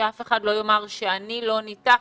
שאף אחד לא יאמר שאני לא ניתחתי.